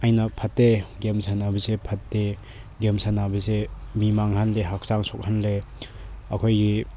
ꯑꯩꯅ ꯐꯠꯇꯦ ꯒꯦꯝ ꯁꯥꯟꯅꯕꯁꯦ ꯐꯠꯇꯦ ꯒꯦꯝ ꯁꯥꯟꯅꯕꯁꯦ ꯃꯤ ꯃꯥꯡꯍꯜꯂꯤ ꯍꯛꯆꯥꯡ ꯁꯣꯛꯍꯜꯂꯦ ꯑꯩꯈꯣꯏꯒꯤ